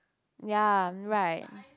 ya right